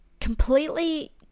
completely